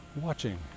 watching